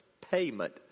payment